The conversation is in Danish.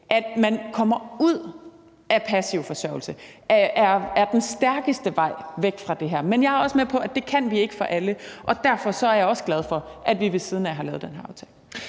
at man kommer ud af passiv forsørgelse, er den stærkeste vej væk fra det her. Men jeg er også med på, at vi ikke kan gøre det for alle, og derfor er jeg også glad for, at vi ved siden af det har lavet den her aftale.